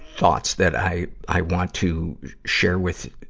thoughts that i, i want to share with,